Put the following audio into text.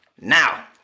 Now